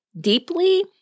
deeply